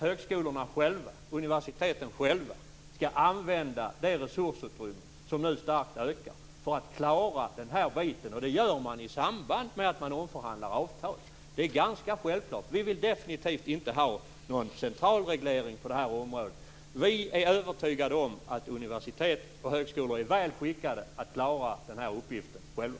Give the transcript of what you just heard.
Högskolorna och universiteten skall själva använda det resursutrymme som nu starkt ökar för att klara det här. Det gör man i samband med att man omförhandlar avtal. Det är ganska självklart. Vi vill definitivt inte ha någon central reglering på det här området. Vi är övertygade om att universitet och högskolor är väl skickade att klara av den här uppgiften själva.